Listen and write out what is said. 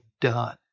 done